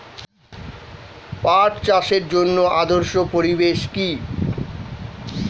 পাট চাষের জন্য আদর্শ পরিবেশ কি?